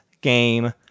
game